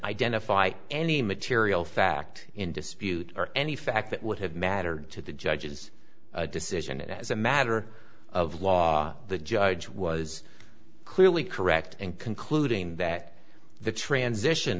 identify any material fact in dispute or any fact that would have mattered to the judge's decision as a matter of law the judge was clearly correct in concluding that the transition